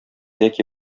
яки